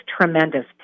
tremendous